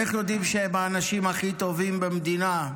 איך יודעים שהם האנשים הכי טובים במדינה,